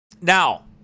Now